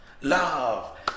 love